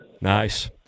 Nice